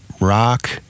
rock